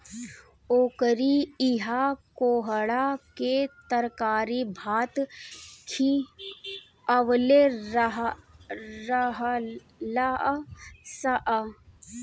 ओकरी इहा कोहड़ा के तरकारी भात खिअवले रहलअ सअ